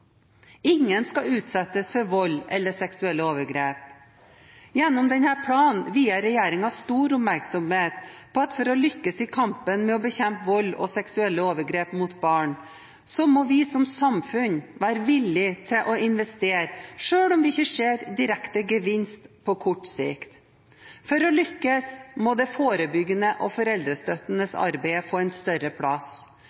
Ingen skal utsettes for vold eller seksuelle overgrep. Gjennom denne planen vier regjeringen stor oppmerksomhet til at for å lykkes i kampen med å bekjempe vold og seksuelle overgrep mot barn, må vi som samfunn være villig til å investere, selv om vi ikke ser direkte gevinst på kort sikt. For å lykkes må det forebyggende og foreldrestøttende arbeidet få en større plass.